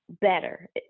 better